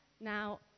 Now